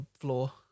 floor